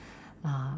uh